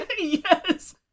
Yes